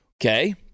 Okay